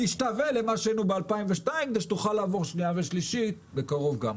נשתווה למה שהיינו ב-2002 כדי שתוכל לעבור שנייה ושלישית בקרוב גם.